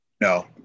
No